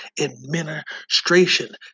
administration